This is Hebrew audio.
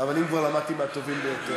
אבל אם כבר, למדתי כבר מהטובים ביותר.